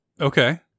Okay